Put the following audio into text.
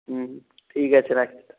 হুম ঠিক আছে রাখছি তাহলে